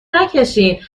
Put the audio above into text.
نکشینالان